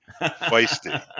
Feisty